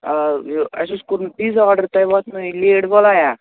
آ یہِ اَسہِ اوس کوٚرمُت پیٖزا آرڈَر تۄہہِ واتنو یہِ لیٹ بلایا